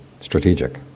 strategic